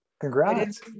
Congrats